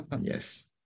Yes